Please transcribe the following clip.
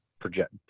project